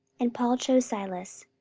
and paul chose silas,